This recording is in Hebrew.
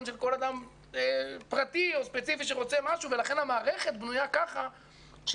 של כל אדם פרטי או ספציפי שרוצה משהו ולכן המערכת בנויה כך שהיא